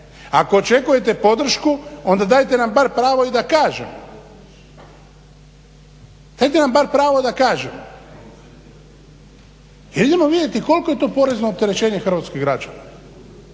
Ako očekujete podršku onda dajte nam bar pravo i da kažemo, dajte nam bar pravo da kažemo jer idemo vidjeti koliko je to porezno opterećenje hrvatskih građana.